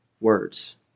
words